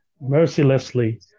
Mercilessly